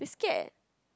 they scared